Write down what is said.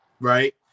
Right